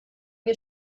wir